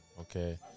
Okay